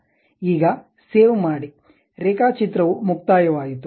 ಈಗ ಸೇವ್ ಮಾಡಿ ರೇಖಾಚಿತ್ರವು ಮುಕ್ತಾಯವಾಯಿತು